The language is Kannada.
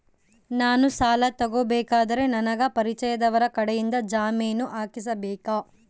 ನಾನು ಸಾಲ ತಗೋಬೇಕಾದರೆ ನನಗ ಪರಿಚಯದವರ ಕಡೆಯಿಂದ ಜಾಮೇನು ಹಾಕಿಸಬೇಕಾ?